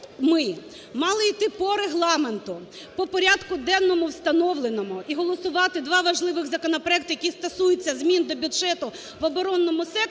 ми мали йти по Регламенту, по порядку денному встановленому і голосувати два важливих законопроекти, які стосуються змін до бюджету в оборонному секторі,